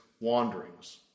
wanderings